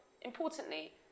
importantly